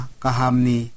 kahamni